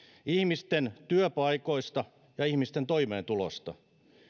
ihmisten työpaikoista ja ihmisten toimeentulosta